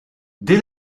dès